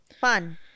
Fun